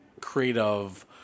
creative